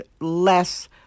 less